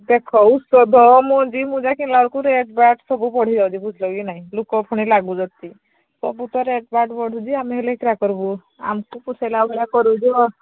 ଦେଖ ଔଷଧ ମଞ୍ଜି ମୁଁ ଯାଇ କିିଣିଲାବେଳକୁ ରେଟ୍ବାଟ୍ ସବୁ ବଢ଼ିଯାଉଛି ବୁଝିଲ କି ନାଇଁ ଲୋକ ଫୁଣି ଲାଗୁଛନ୍ତି ସବୁ ତ ରେଟ୍ବାଟ୍ ବଢ଼ୁଛି ଆମେ ହେଲେ କିରା କରିବୁ ଆମକୁ ପୋଷେଇଲା ଭଳିଆ କରୁଛୁ ଆଉ